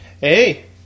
hey